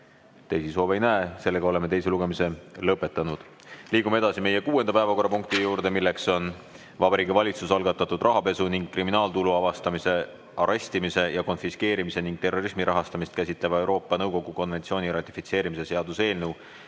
Teisi soove ei näe, seega oleme teise lugemise lõpetanud. Liigume edasi meie kuuenda päevakorrapunkti juurde. See on Vabariigi Valitsuse algatatud rahapesu ning kriminaaltulu avastamise, arestimise ja konfiskeerimise ning terrorismi rahastamist käsitleva Euroopa Nõukogu konventsiooni ratifitseerimise seaduse eelnõu